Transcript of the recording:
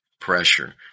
pressure